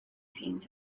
scenes